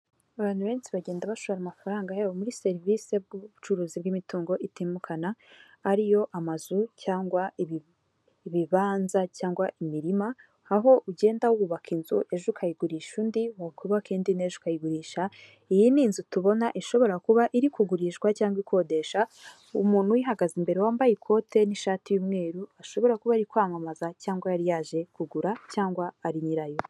Abantu benshi bagenda bashora amafaranga yabo muri serivisi z'ubucuruzi bw'imitungo itimukanwa ariyo; amazu cyangwa ibibanza cyangwa imirima aho ugenda wubaka inzu ejo ukayigurisha undi wakukuba indi n'ejo ukayigurisha , iyi ni inzu tubona ishobora kuba iri kugurishwa cyangwa ikodesha umuntu uyihagaze imbere wambaye ikote n'ishati y'umweru ashobora kuba ari kwamamaza cyangwa yari yaje kugura cyangwa ari nyirayo.